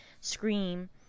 scream